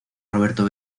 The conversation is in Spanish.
roberto